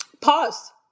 Pause